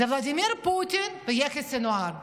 זה ולדימיר פוטין ויחיא סנוואר.